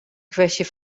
kwestje